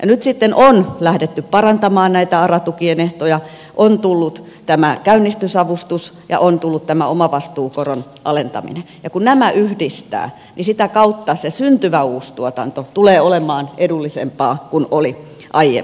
nyt sitten on lähdetty parantamaan näitä ara tukien ehtoja on tullut tämä käynnistysavustus ja on tullut tämä omavastuukoron alentaminen ja kun nämä yhdistää niin sitä kautta se syntyvä uustuotanto tulee olemaan edullisempaa kuin oli aiemmin